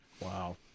wow